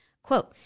Quote